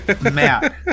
Matt